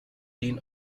dean